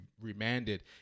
remanded